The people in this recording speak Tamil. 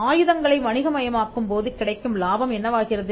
ஆயுதங்களை வணிக மயமாக்கும் போது கிடைக்கும் லாபம் என்னவாகிறது